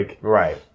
Right